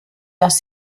dass